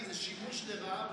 כי זה שימוש לרעה בסמכות,